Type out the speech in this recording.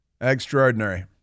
Extraordinary